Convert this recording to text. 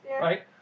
right